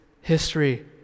history